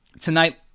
Tonight